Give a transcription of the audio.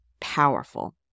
powerful